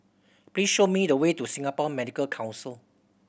please show me the way to Singapore Medical Council